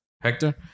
hector